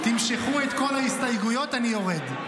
תמשכו את כל ההסתייגויות, אני יורד.